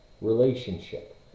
relationship